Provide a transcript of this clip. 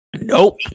Nope